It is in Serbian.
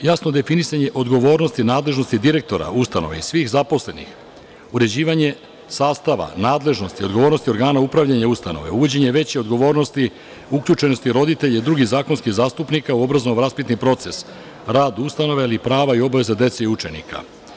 Jasno definisanje odgovornosti i nadležnosti direktora ustanove i svih zaposlenih, uređivanje sastava, nadležnosti, odgovornosti organa upravljanja ustanove, uvođenje veće odgovornosti, uključenosti roditelja i drugih zakonskih zastupnika u obrazovno-vaspitni proces, rad ustanove, ali i prava i obaveze dece i učenika.